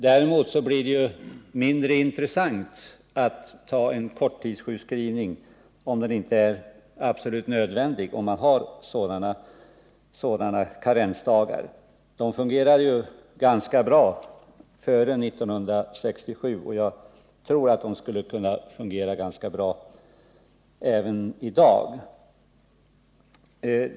Däremot blir det mindre intressant att ta en korttidssjukskrivning, som inte är absolut nödvändig, om man har karensdagar. Karensdagarna fungerade ju ganska bra före 1967, och jag tror att de skulle kunna fungera bra även nu.